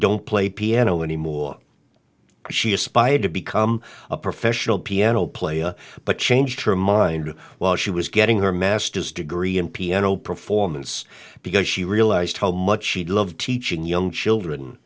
don't play piano anymore she aspired to become a professional piano player but changed her mind while she was getting her masters degree in piano performance because she realized how much she loved teaching young children